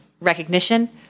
recognition